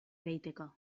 ereiteko